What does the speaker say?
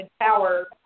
power